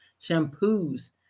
shampoos